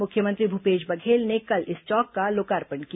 मुख्यमंत्री भूपेश बघेल ने कल इस चौक का लोकार्पण किया